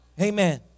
Amen